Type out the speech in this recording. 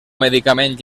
medicament